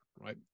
right